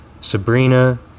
Sabrina